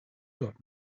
got